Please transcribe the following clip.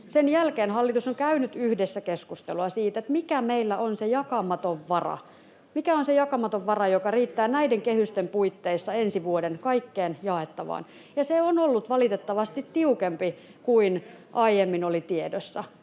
Sen jälkeen hallitus on käynyt yhdessä keskustelua siitä, mikä meillä on se jakamaton vara, joka riittää näiden kehysten puitteissa ensi vuoden kaikkeen jaettavaan, ja se on ollut valitettavasti tiukempi kuin aiemmin oli tiedossa.